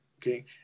okay